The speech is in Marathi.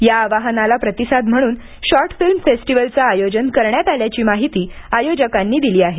या आवाहनाला प्रतिसाद म्हणून शॉर्टफिल्म फेस्टिव्हलचं आयोजन करण्यात आल्याची माहिती आयोजकांनी दिली आहे